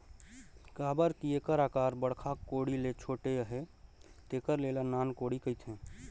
काबर कि एकर अकार बड़खा कोड़ी ले छोटे अहे तेकर ले एला नान कोड़ी कहथे